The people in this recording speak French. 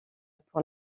pour